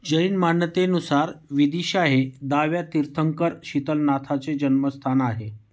जैन मान्यतेनुसार विदिशा हे दहाव्या तीर्थंकर शीतलनाथाचे जन्मस्थान आहे